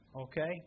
Okay